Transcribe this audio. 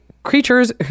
Creatures